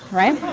right?